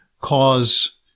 cause